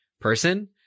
person